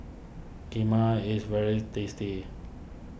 Kheema is very tasty